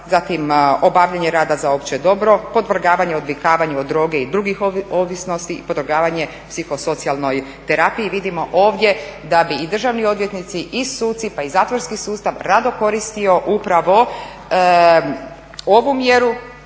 zatim obavljanje rada za opće dobro, podvrgavanje, odvikavanju od droge i drugih ovisnosti, podvrgavanje psihosocijalnoj terapiji. Vidimo ovdje da bi i državni odvjetnici i suci pa i zatvorski sustav rado koristio upravo ovu mjeru,